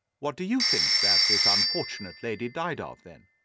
what do you think that this unfortunate lady died ah of, then?